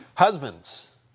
Husbands